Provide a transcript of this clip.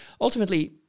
ultimately